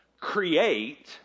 create